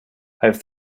have